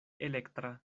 elektra